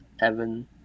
Evan